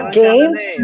games